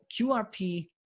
QRP